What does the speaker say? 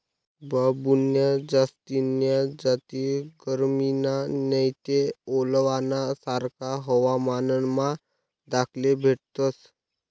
बांबून्या जास्तीन्या जाती गरमीमा नैते ओलावाना सारखा हवामानमा दखाले भेटतस